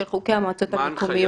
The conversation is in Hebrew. של חוקי המועצות המקומיות.